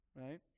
right